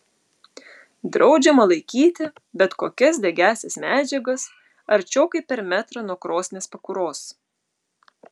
draudžiama laikyti bet kokias degiąsias medžiagas arčiau kaip per metrą nuo krosnies pakuros